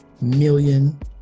million